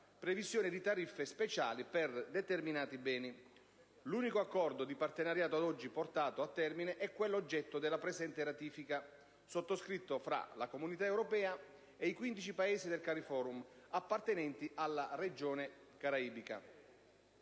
previsione di tariffe speciali per determinati beni. L'unico Accordo di partenariato ad oggi portato a termine è quello oggetto della ratifica in esame, sottoscritto tra la Comunità europea e i 15 paesi del Cariforum, appartenenti alla regione caraibica.